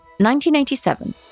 1987